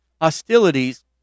hostilities